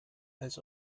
als